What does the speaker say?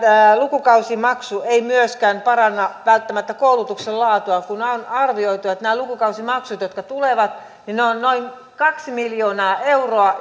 lukukausimaksu ei myöskään paranna välttämättä koulutuksen laatua on arvioitu että nämä lukukausimaksut jotka tulevat ovat noin kaksi miljoonaa euroa